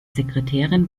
sekretärin